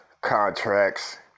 contracts